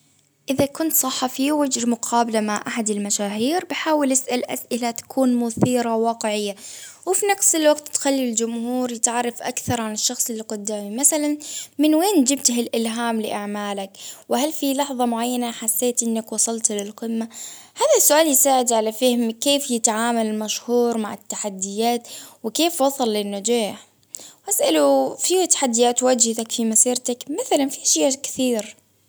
إذا كنت صحفي ووجه مقابلة مع أحد المشاهير، بحاول يسأل أسئلة تكون مثيرة وواقعية، وفي نفس الوقت تخلي الجمهور يتعرف أكثر عن الشخص اللي قدامي، مثلا من وين جبتي هالإلهام لأعمالك؟ وهل في لحظة معينة حسيت إنك وصلت للقمة؟ هذا السؤال يساعد على فهم كيف يتعامل مشهور مع التحديات، وكيف وصل للنجاح؟ أسألوا في تحديات وجهتك في مسيرتك؟ مثلا في أشياء كثير.